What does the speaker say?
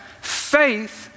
faith